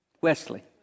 Wesley